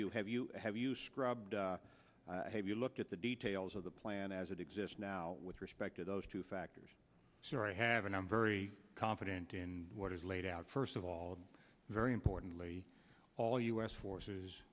you have you have you scrubbed have you looked at the details of the plan as it exists now with respect to those two factors sir i haven't i'm very confident in what is laid out first of all very importantly all u s forces